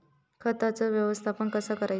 खताचा व्यवस्थापन कसा करायचा?